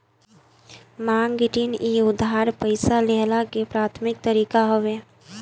मांग ऋण इ उधार पईसा लेहला के प्राथमिक तरीका हवे